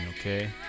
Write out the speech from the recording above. okay